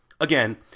Again